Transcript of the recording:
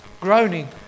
groaning